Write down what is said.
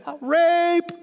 rape